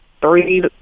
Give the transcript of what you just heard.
three